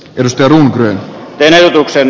jos tämän ehdotuksen